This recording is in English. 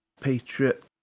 Patriot